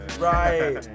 right